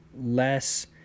less